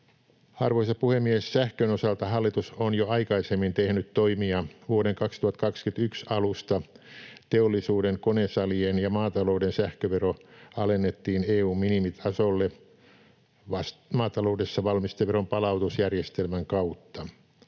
Arvoisa puhemies! Sähkön osalta hallitus on jo aikaisemmin tehnyt toimia. Vuoden 2021 alusta teollisuuden, konesalien ja maatalouden sähkövero alennettiin EU:n minimitasolle, maataloudessa valmisteveron palautusjärjestelmän kautta.